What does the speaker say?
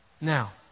Now